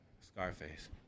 Scarface